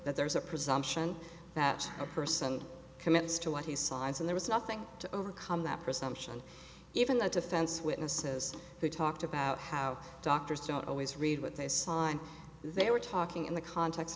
that there is a presumption that a person commits to what he signs and there is nothing to overcome that presumption even the defense witnesses who talked about how doctors don't always read what they sign they were talking in the context